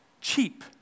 cheap